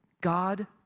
God